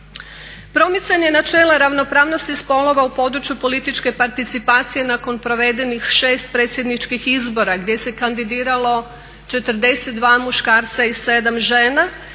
Promicanje načela ravnopravnosti spolova u području političke participacije nakon provedenih 6 predsjedničkih izbora gdje se kandidiralo 42 muškarca i 7 žena